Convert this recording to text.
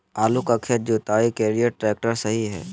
आलू का खेत जुताई के लिए ट्रैक्टर सही है?